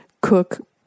cook